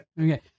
Okay